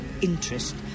interest